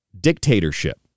dictatorship